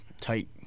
tight